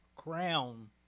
crown